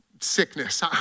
sickness